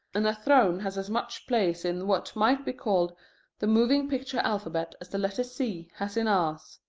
and a throne has as much place in what might be called the moving-picture alphabet as the letter c has in ours.